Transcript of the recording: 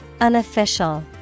unofficial